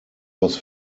was